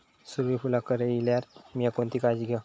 सूर्यफूलाक कळे इल्यार मीया कोणती काळजी घेव?